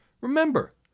Remember